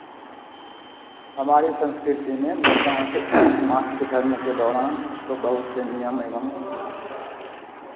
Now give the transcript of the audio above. हमारे संस्कृति में महिलाओं के मासिक धर्म के दौरान उसको बहुत से नियम एवं